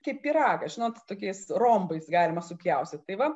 kaip pyragą žinot tokiais rombais galima supjaustyt tai va